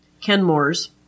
Kenmore's